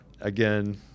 Again